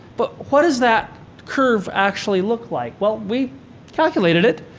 but what does that curve actually look like? well, we calculated it.